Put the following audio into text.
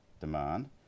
demand